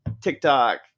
TikTok